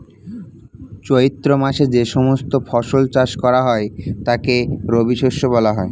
চৈত্র মাসে যে সমস্ত ফসল চাষ করা হয় তাকে রবিশস্য বলা হয়